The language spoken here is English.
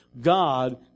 God